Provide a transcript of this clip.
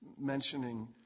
mentioning